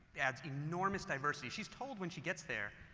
adds enormous diversity. she's told when she gets there,